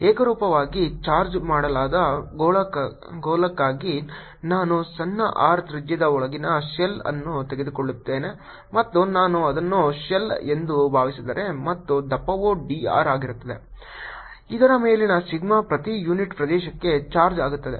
ಏಕರೂಪವಾಗಿ ಚಾರ್ಜ್ ಮಾಡಲಾದ ಗೋಳಕ್ಕಾಗಿ ನಾನು ಸಣ್ಣ r ತ್ರಿಜ್ಯದ ಒಳಗಿನ ಶೆಲ್ ಅನ್ನು ತೆಗೆದುಕೊಳ್ಳುತ್ತೇನೆ ಮತ್ತು ನಾನು ಅದನ್ನು ಶೆಲ್ ಎಂದು ಭಾವಿಸಿದರೆ ಮತ್ತು ದಪ್ಪವು d r ಆಗಿದ್ದರೆ ಇದರ ಮೇಲಿನ ಸಿಗ್ಮಾ ಪ್ರತಿ ಯುನಿಟ್ ಪ್ರದೇಶಕ್ಕೆ ಚಾರ್ಜ್ ಆಗುತ್ತದೆ